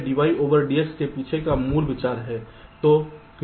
यह dy dx के पीछे मूल विचार है